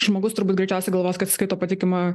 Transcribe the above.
žmogus turbūt greičiausia galvos kad jis skaito patikimą